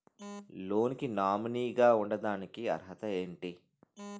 Loan కి nominee గా ఉండటానికి అర్హత ఏమిటి?